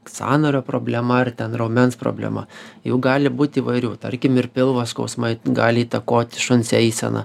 sąnario problema ar ten raumens problema jų gali būt įvairių tarkim ir pilvo skausmai gali įtakot šuns eiseną